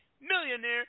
millionaire